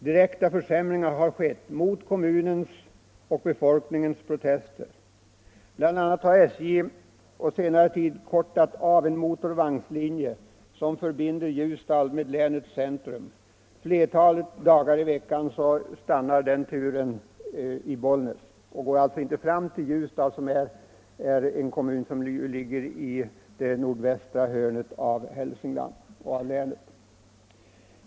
Direkta försämringar har skett trots kommunens och befolkningens protester. Bl. a. har SJ på senare tid kortat av en motorvagnslinje som förbinder Ljusdal med länets centrum. Flertalet dagar i veckan stannar turen i Bollnäs och går alltså inte fram till Ljusdal, som ligger i det nordvästra hörnet av länet. Detta liksom den bristande upprustningen av trafiken Ljusdal-Hudiksvall rimmar dåligt med målsättningen i trafikplaneringen.